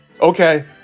okay